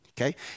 Okay